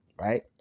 right